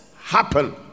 happen